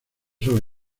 sobre